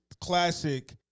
classic